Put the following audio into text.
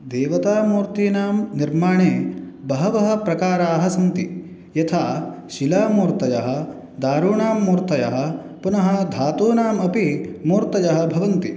देवतामूर्तीणां निर्माणे बहवः प्रकाराः सन्ति यथा शिलामूर्तयः दारूणां मूर्तयः पुनः धातूनाम् अपि मूर्तयः भवन्ति